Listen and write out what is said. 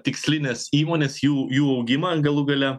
tikslines įmones jų jų augimą galų gale